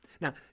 Now